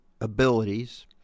abilities